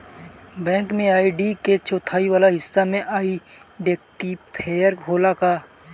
Bank में ID के चौथाई वाला हिस्सा में आइडेंटिफैएर होला का?